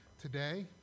today